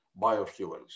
biofuels